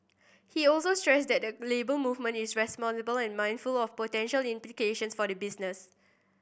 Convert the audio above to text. he also stressed that the Labour Movement is responsible and mindful of potential implications for the business